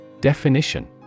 Definition